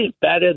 better